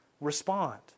respond